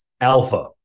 Alpha